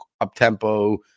up-tempo